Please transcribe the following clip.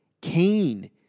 Cain